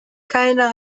keine